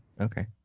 okay